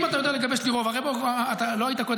אם אתה יודע לגבש לי רוב, אתה לא היית קודם.